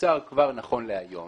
שמיוצר כבר נכון להיום